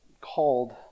called